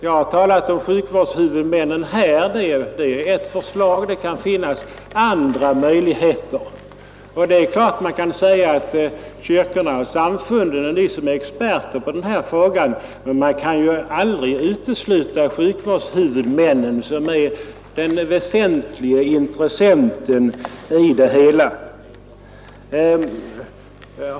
Jag har talat om samarbete med sjukvårdshuvudmännen som en möjlig väg men det kan också finnas andra möjligheter. Det är klart att man kan säga som herr Zachrisson att kyrkorna och samfunden är experterna på denna fråga, men man kan aldrig utesluta sjukvårdshuvudmännen, som är den väsentliga intressenten i sammanhanget.